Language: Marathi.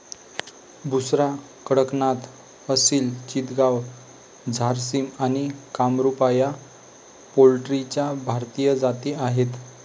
बुसरा, कडकनाथ, असिल चितगाव, झारसिम आणि कामरूपा या पोल्ट्रीच्या भारतीय जाती आहेत